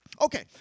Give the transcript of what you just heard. Okay